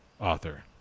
author